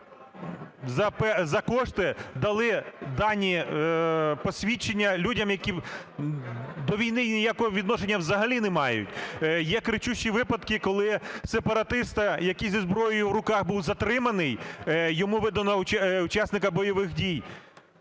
за кошти дали дані посвідчення людям, які до війни ніякого відношення взагалі не мають. Є кричущі випадки, коли сепаратиста, який зі зброєю в руках був затриманий, йому видано учасника бойових дій.